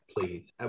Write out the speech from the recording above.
please